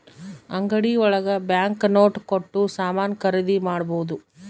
ಅಂಗಡಿ ಒಳಗ bank note ಕೊಟ್ಟು ಸಾಮಾನ್ ಖರೀದಿ ಮಾಡ್ಬೋದು